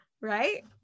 right